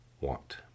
Want